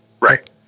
Right